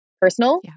personal